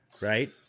right